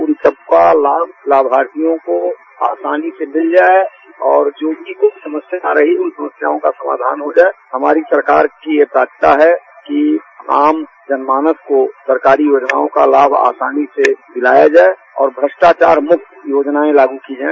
इन सबका लाभ लाभार्थियों को आसानी से मिल जाये और जिनकी कुछ समस्याएं उन समस्याओं का समाधन हो जाएं हमारी सरकार की ये प्राथमिकता है कि आम जन मानस को सरकारी योजनाओं का लाभ आसानी से दिलाया जाये और भ्रष्टाचार मुक्त योजना लागू की जाए